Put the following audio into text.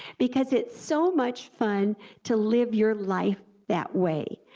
because it's so much fun to live your life that way,